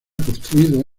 construido